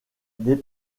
des